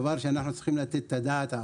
דבר שאנחנו צריכים לתת עליו את הדעת,